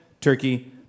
turkey